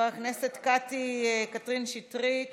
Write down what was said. חברת הכנסת קטי קטרין שטרית